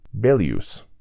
belius